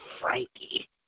Frankie